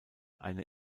eine